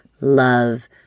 love